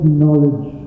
knowledge